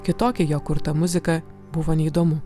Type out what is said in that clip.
kitokia jo kurta muzika buvo neįdomu